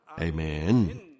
Amen